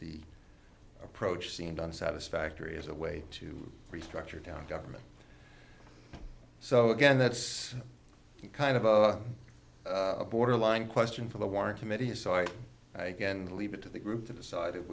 the approach seemed on satisfactory as a way to restructure down government so again that's kind of a borderline question for the warren committee so i like and leave it to the group to decide if